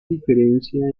diferencia